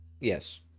yes